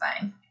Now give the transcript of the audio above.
fine